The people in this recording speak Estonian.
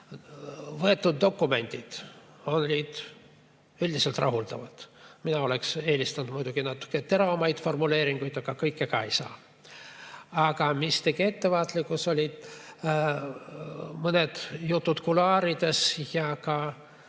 võetud dokumendid olid üldiselt rahuldavad. Mina oleksin eelistanud muidugi natuke teravamaid formuleeringuid, aga kõike ei saa. Aga mis tegi ettevaatlikuks, olid mõned jutud kuluaarides ja ka